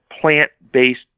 plant-based